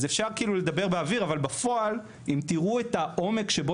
אז אפשר לדבר באוויר אבל בפועל אם תראו את העומק שבו